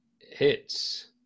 hits